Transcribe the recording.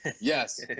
Yes